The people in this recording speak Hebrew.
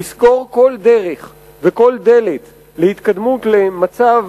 לסגור כל דרך וכל דלת להתקדמות למצב